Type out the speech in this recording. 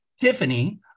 Tiffany